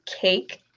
cake